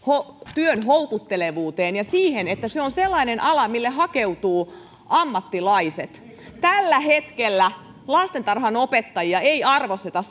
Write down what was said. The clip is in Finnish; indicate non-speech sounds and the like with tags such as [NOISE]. työn houkuttelevuuteen ja siihen että se on sellainen ala mille hakeutuvat ammattilaiset tällä hetkellä lastentarhanopettajia ei arvosteta [UNINTELLIGIBLE]